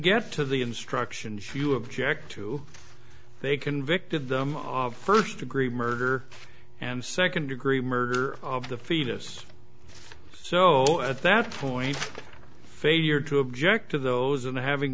get to the instructions you object to they convicted them of first degree murder and second degree murder of the fetus so at that point failure to object to those and having